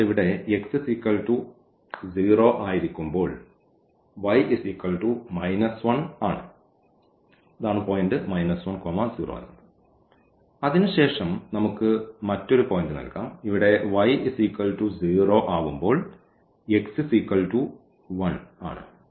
അതിനാൽ ഇവിടെ x0 ആയിരിക്കുമ്പോൾ y 1 ആണ് ഇതാണ് പോയിന്റ് 10 അതിനുശേഷം നമുക്ക് മറ്റൊരു പോയിന്റ് നൽകാം ഇവിടെ y0 ആവുമ്പോൾ x1 ആണ്